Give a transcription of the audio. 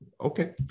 Okay